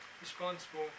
responsible